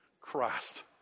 Christ